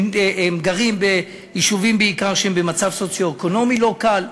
הם גרים בעיקר ביישובים שהם במצב סוציו-אקונומי לא קל,